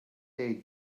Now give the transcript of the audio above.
they